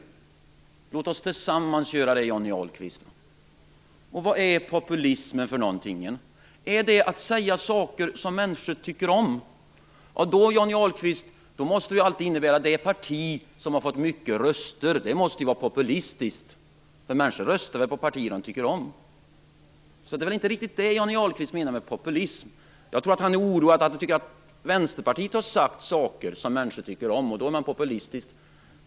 Låt oss tillsammans göra det, Johnny Ahlqvist! Vad är då populism? Är det att säga saker som människor tycker om? Då måste det innebära att det parti som har fått mycket röster är populistiskt. Människor röstar väl på partier som de tycker om. Jag tror inte att det är riktigt det som Johnny Ahlqvist menar med populism. Jag tror att han är oroad över att Vänsterpartiet har sagt saker som människor tycker om, och då menar han att vi är populistiska.